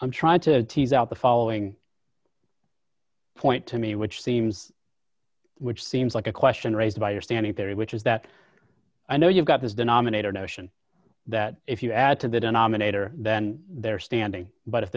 i'm trying to tease out the following point to me which seems which seems like a question raised by you're standing there which is that i know you've got this denominator notion that if you add to the denominator then they're standing but if